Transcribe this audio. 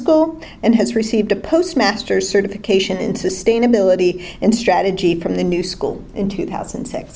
school and has received a postmaster certification in sustainability and strategy from the new school in two thousand and six